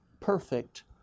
perfect